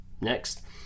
next